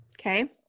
Okay